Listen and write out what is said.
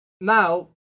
Now